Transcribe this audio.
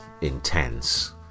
intense